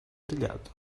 grelhado